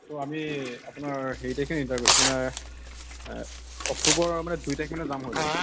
তো আমি আপোনাৰ হেৰি তাৰিখে নিৰ্ধাৰ কৰিছোঁ আপোনাৰ অক্টোবৰৰ মানে দুই তাৰিখ মানে যাম হয়তো